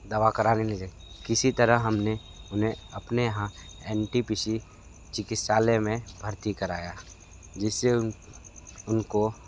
दवा कराने ले गए किसी तरह हमने उन्हें अपने यहाँ एन टी पी सी चिकित्सालय में भर्ती कराया जिससे उनको